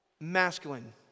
masculine